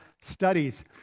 studies